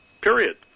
Period